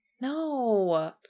No